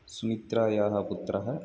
सुमित्रायाः पुत्रः